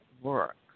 work